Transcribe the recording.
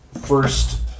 first